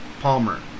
Palmer